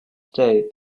today